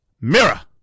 Mirror